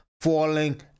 falling